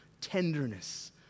tenderness